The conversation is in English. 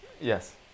Yes